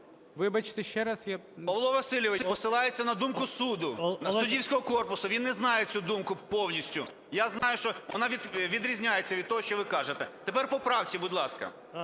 Вибачте, ще раз. Я… МАКАРОВ О.А. Павло Васильович, посилається на думку суду, суддівського корпусу. Він не знає цю думку повністю. Я знаю, що вона відрізняється від того, що ви кажете. Тепер по правці, будь ласка.